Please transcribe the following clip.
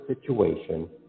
situation